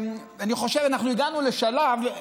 אנחנו הגענו לשלב,